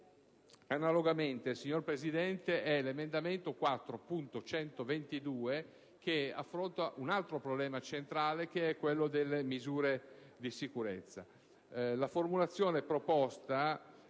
Analogamente, signor Presidente, l'emendamento 4.122 affronta il problema centrale delle misure di sicurezza.